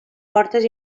fortes